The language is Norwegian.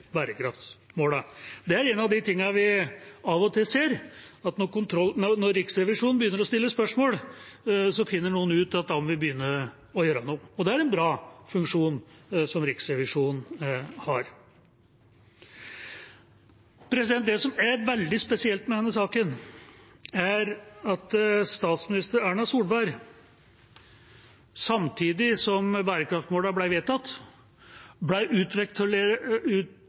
ser, at når Riksrevisjonen begynner å stille spørsmål, finner noen ut at de må begynne å gjøre noe, og det er en bra funksjon Riksrevisjonen har. Det som er veldig spesielt med denne saken, er at statsminister Erna Solberg, samtidig som bærekraftsmålene ble vedtatt, ble utpekt til å